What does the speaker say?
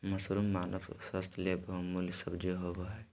mushroom मानव स्वास्थ्य ले बहुमूल्य सब्जी होबय हइ